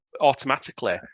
automatically